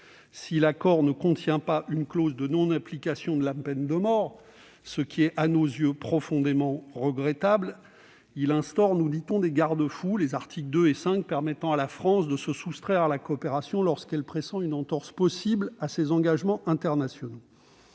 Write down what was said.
Si l'accord ne contient pas une clause de non-application de la peine de mort, ce qui est à nos yeux profondément regrettable, il instaure, nous dit-on, des garde-fous aux articles 2 et 5 permettant à la France de se soustraire à la coopération lorsqu'elle pressent une entorse possible à ses engagements internationaux.